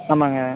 ஆமாங்க